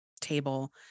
table